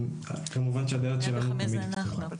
כמובן שהדלת שלנו תמיד פתוחה.